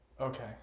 Okay